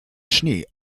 schnee